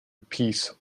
piece